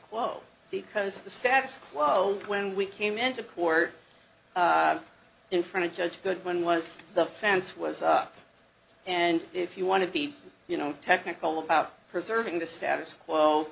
quo because the status quo when we came into court in front of judge goodwin was the fence was up and if you want to be you know technical about preserving the status quo